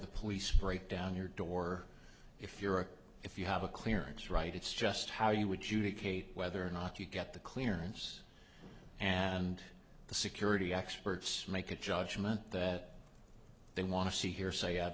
the police break down your door if you're a if you have a clearance right it's just how you would judy kate whether or not you get the clearance and the security experts make a judgment that they want to see he